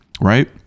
right